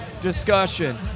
discussion